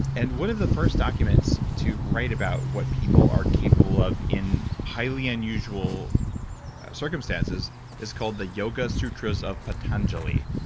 and one of the first documents to write about what people are capable of in highly unusual circumstances is called the yoga sutras of pantanjali.